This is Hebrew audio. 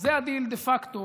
זה הדיל דה פקטו